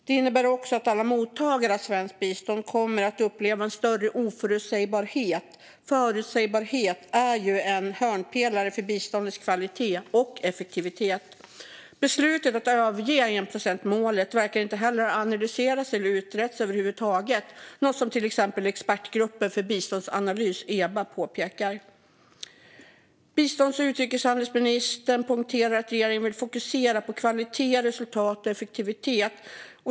Det innebär också att alla mottagare av svenskt bistånd kommer att uppleva en större oförutsägbarhet. Förutsägbarhet är en hörnpelare för biståndets kvalitet och effektivitet. Beslutet att överge enprocentsmålet verkar inte heller ha analyserats eller utretts över huvud taget - något som till exempel Expertgruppen för biståndsanalys, EBA, påpekar. Bistånds och utrikeshandelsministern poängterar att regeringen vill fokusera på kvalitet, resultat och effektivitet.